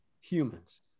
humans